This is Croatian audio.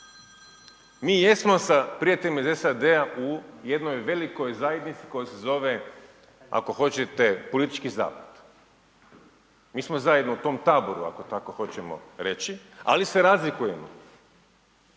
Mi jesmo sa prijateljima iz SAD-a u jednoj velikoj zajednici koja se zove, ako hoćete, politički zapad. Mi smo zajedno u tom taboru, ako tako hoćemo reći, ali se razlikujemo.